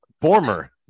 former